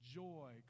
joy